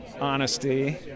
Honesty